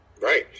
Right